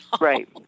Right